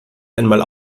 einmal